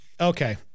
Okay